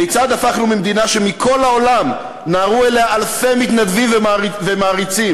כיצד הפכנו ממדינה שמכל העולם נהרו אליה אלפי מתנדבים ומעריצים,